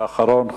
ואחרון,